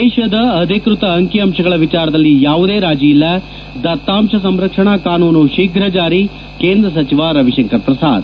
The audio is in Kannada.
ದೇತದ ಅಧಿಕೃತ ಅಂಕಿ ಅಂಶಗಳ ವಿಚಾರದಲ್ಲಿ ಯಾವುದೇ ರಾಜಿಯಿಲ್ಲ ದತ್ತಾಂಶ ಸಂರಕ್ಷಣಾ ಕಾನೂನು ಶೀಘ್ರ ಜಾರಿ ಕೇಂದ್ರ ಸಚಿವ ರವಿಶಂಕರ್ ಪ್ರಸಾದ್